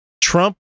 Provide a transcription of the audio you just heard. Trump